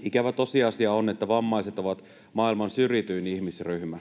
Ikävä tosiasia on, että vammaiset ovat maailman syrjityin ihmisryhmä.